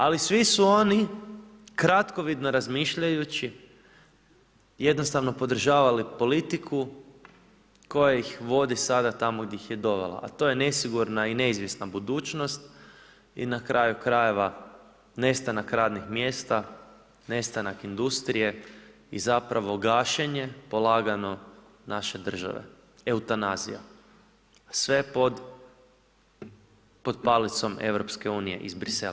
Ali svi su oni kratkovidno razmišljajući jednostavno podržavali politiku koja ih vodi sada tamo gdje ih je dovela, a to je nesigurna i neizvjesna budućnost i na kraju krajeva nestanak radnih mjesta, nestanak industrije i zapravo gašenje polagano naše države, eutanazija sve pod palicom Europske unije iz Bruxellesa.